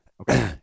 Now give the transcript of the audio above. Okay